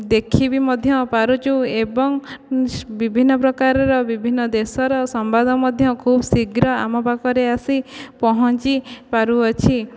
ଦେଖି ଭି ମଧ୍ୟ ପାରୁଛୁ ଏବଂ ବିଭିନ୍ନ ପ୍ରକାରର ବିଭିନ୍ନ ଦେଶର ସମ୍ବାଦ ମଧ୍ୟ ଖୁବ୍ ଶୀଘ୍ର ଆମ ପାଖରେ ଆସି ପହଞ୍ଚି ପାରୁଅଛି